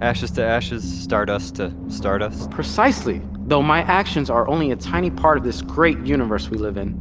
ashes to ashes, stardust to stardust precisely! though my actions are only a tiny part of this great universe we live in,